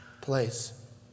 place